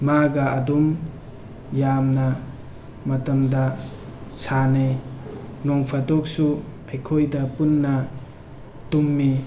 ꯃꯥꯒ ꯑꯗꯨꯝ ꯌꯥꯝꯅ ꯃꯇꯝꯗ ꯁꯥꯟꯅꯩ ꯅꯣꯡꯐꯥꯗꯣꯛꯁꯨ ꯑꯩꯈꯣꯏꯗ ꯄꯨꯟꯅ ꯇꯨꯝꯃꯤ